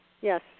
Yes